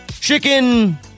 Chicken